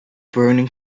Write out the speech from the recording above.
burning